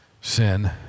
sin